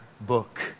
book